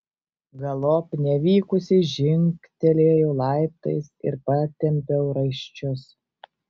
galop nevykusiai žingtelėjau laiptais ir patempiau raiščius